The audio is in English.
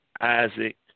Isaac